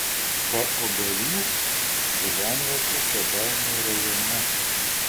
paobelys gyvenvietė kėdainių rajone